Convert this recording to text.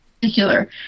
particular